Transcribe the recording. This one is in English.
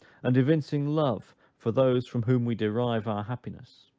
and evincing love for those from whom we derive our happiness.